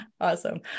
Awesome